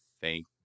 thank